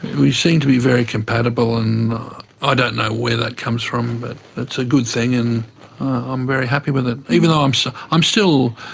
we seem to be very compatible, and i don't know where that comes from but it's a good thing and i'm very happy with it. um so i'm still,